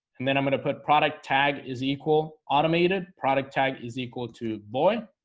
and then i'm gonna put product tag is equal animated product tag is equal to boy